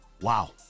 Wow